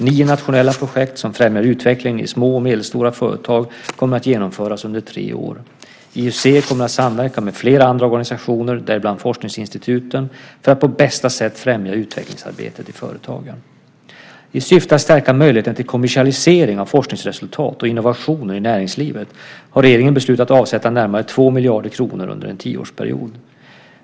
Nio nationella projekt som främjar utvecklingen i små och medelstora företag kommer att genomföras under tre år. IUC kommer att samverka med flera andra organisationer, däribland forskningsinstituten, för att på bästa sätt främja utvecklingsarbetet i företagen. I syfte att stärka möjligheterna till kommersialisering av forskningsresultat och innovationer i näringslivet har regeringen beslutat att avsätta närmare 2 miljarder kronor under en tioårsperiod.